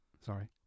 sorry